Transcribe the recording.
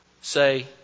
say